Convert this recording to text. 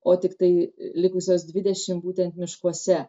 o tiktai likusios dvidešimt būtent miškuose